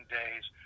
days